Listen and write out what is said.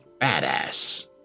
badass